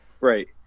Right